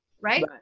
right